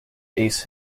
ace